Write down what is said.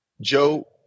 Joe